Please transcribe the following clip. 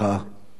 תודה.